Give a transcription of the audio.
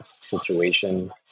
situation